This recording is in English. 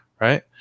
right